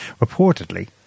reportedly